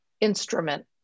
instrument